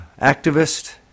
activist